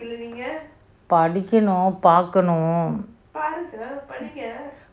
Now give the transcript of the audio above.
படிக்கணும் பாக்கணும்:padikkanum paakanum